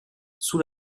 sous